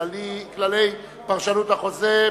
כללי פרשנות חוזה),